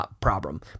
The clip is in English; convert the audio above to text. problem